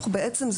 בעצם,